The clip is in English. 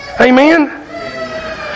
Amen